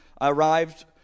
arrived